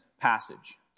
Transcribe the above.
passage